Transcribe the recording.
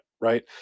right